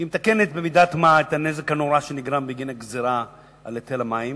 כי היא מתקנת במידת מה את הנזק הנורא שנגרם בגין הגזירה של היטל המים